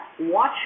Watch